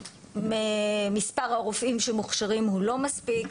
מספר הרופאים שמוכשרים הוא לא מספיק.